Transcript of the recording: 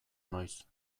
noiz